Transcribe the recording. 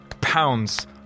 pounds